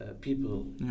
people